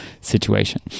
situation